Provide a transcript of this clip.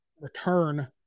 return